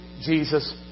Jesus